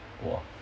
!wah!